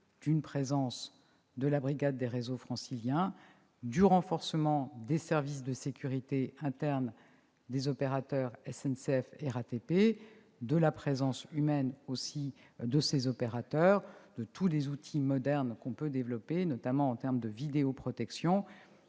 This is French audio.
d'une présence de la Brigade des réseaux franciliens, du renforcement des services de sécurité internes des opérateurs SCNF et RATP, de la présence humaine de ces opérateurs et de tous les outils modernes qu'on peut développer, notamment en matière de vidéoprotection.